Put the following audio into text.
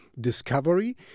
Discovery